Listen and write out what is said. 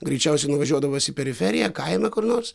greičiausiai nuvažiuodamas į periferiją kaimą kur nors